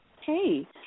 Hey